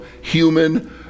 human